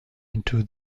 into